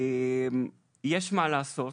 יש מה לעשות.